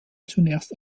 zunächst